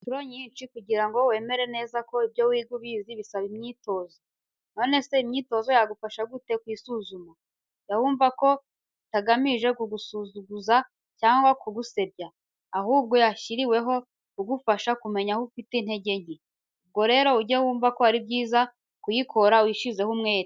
Incuro nyinshi kugira ngo wemere neza ko ibyo wiga ubizi bisaba imyitozo. Nonese imyitozo yagufasha gute kwisuzuma? Jya wumva ko itagamije kugusuzuguza cyangwa ku gusebya, ahubwo yashyiriweho kugufasha kumenya aho ufite intege nke. Ubwo rero ujye wumva ko ari byiza kuyikora ushyizeho umwete.